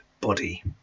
body